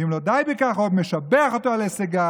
ואם לא די בכך, עוד משבח אותו על הישגיו.